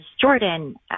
Jordan